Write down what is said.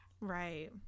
Right